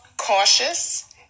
cautious